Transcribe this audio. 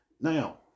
Now